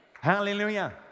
Hallelujah